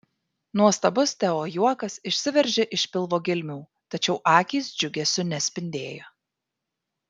nuostabus teo juokas išsiveržė iš pilvo gelmių tačiau akys džiugesiu nespindėjo